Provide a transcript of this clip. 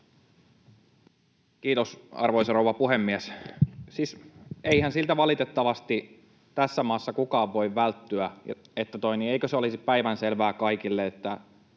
Kiitos, arvoisa rouva puhemies! Siis eihän siltä valitettavasti tässä maassa kukaan voi välttyä, etteikö se olisi päivänselvää kaikille, että